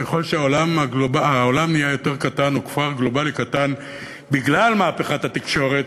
ככל שהעולם נהיה יותר קטן או כפר גלובלי קטן בגלל מהפכת התקשורת,